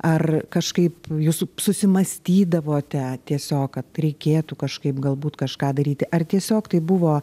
ar kažkaip jūs susimąstydavote tiesiog kad reikėtų kažkaip galbūt kažką daryti ar tiesiog tai buvo